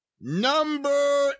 Number